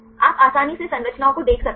आप आसानी से संरचनाओं को देख सकते हैं